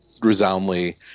resoundly